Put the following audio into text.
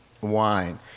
wine